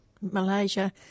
Malaysia